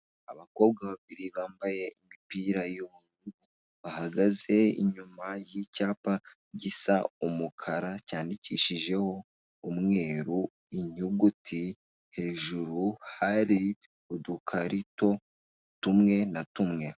Abakobwa babiri bambaye imipira y'ubururu, bahagaze inyuma y'icyapa gisa umukara cyandikishijeho umweru inyuguti, hejuru hari udukarito tumwe na tumwe.